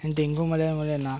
dengue मलेरियामुळे ना